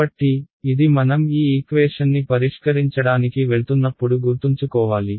కాబట్టి ఇది మనం ఈ ఈక్వేషన్ని పరిష్కరించడానికి వెళ్తున్నప్పుడు గుర్తుంచుకోవాలి